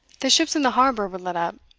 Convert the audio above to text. the ships in the harbour were lit up,